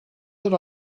that